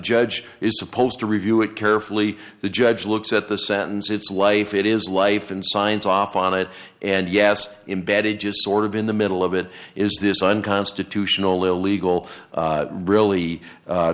judge is supposed to review it carefully the judge looks at the sentence it's life it is life and signs off on it and yes embedded just sort of in the middle of it is this unconstitutional illegal really